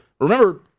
Remember